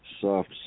soft